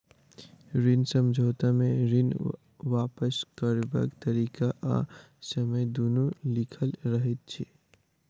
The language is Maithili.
ऋण समझौता मे ऋण वापस करबाक तरीका आ समय दुनू लिखल रहैत छै